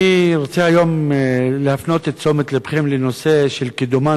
אני רוצה היום להפנות את תשומת לבכם לנושא של קידומן